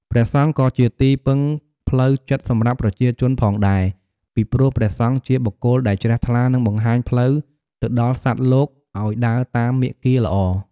ព្រះសង្ឃក៏ជា ទីពឹងផ្លូវចិត្តសម្រាប់ប្រជាជនផងដែរ ពីព្រោះព្រះសង្ឃជាបុគ្គលដែលជ្រះថ្លានិងបង្ហាញផ្លូវទៅដល់សត្វលោកអោយដើរតាមមាគាល្អ។